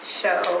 show